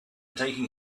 taking